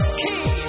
key